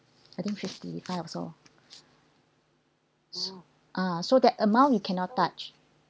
I think fifty fine also so ah so that amount you cannot touch